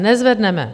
Nezvedneme.